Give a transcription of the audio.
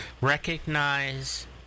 Recognize